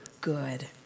good